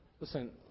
Listen